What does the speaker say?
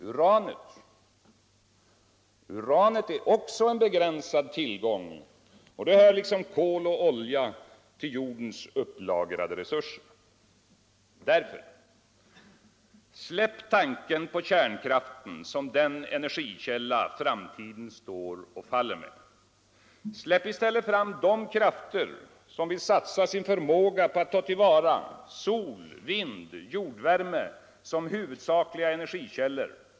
Uranet är ju också en begränsad tillgång, och det hör liksom kol och olja till jordens upplagrade resurser. Därför: Överge tanken på kärnkraften som den energikälla framtiden står och faller med — släpp i stället fram de krafter som vill satsa sin förmåga på att ta till vara sol, vind, jordvärme som huvudsakliga energikällor!